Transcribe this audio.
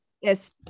yes